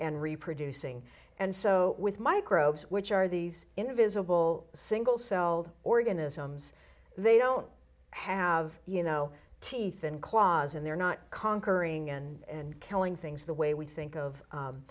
and reproducing and so with microbes which are these invisible single celled organisms they don't have you know teeth and claws and they're not conquering and killing things the way we think of